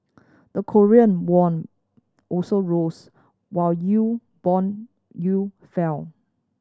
the Korean won also rose while you bond you fell